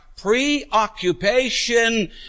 preoccupation